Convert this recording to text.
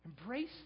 embrace